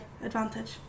Advantage